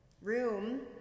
Room